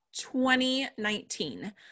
2019